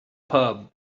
pub